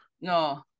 No